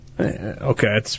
Okay